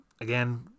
Again